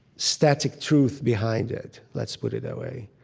static truth behind it. let's put it that way.